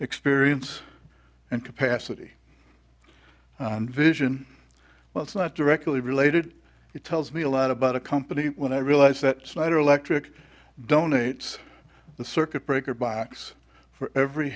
experience and capacity vision well it's not directly related it tells me a lot about a company when i realized that snyder electric donates the circuit breaker box for every